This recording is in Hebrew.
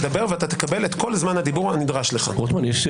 קראתי אותך לסדר פעמיים והמשכת לדבר איתי.